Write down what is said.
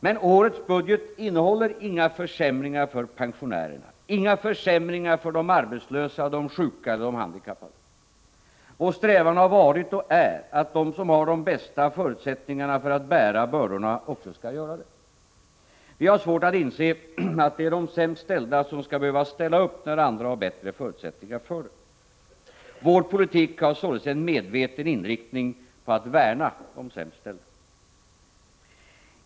Men årets budget innehåller inga försämringar för pensionärerna, inga försämringar för de arbetslösa, de sjuka eller de handikappade. Vår strävan har varit och är att de som har de bästa förutsättningarna för att bära bördorna också skall göra det. Vi har svårt att inse att det är de sämst ställda som skall behöva ställa upp när andra har bättre förutsättningar för det. Vår politik har således en medveten inriktning på att värna de sämst ställda.